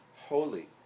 holy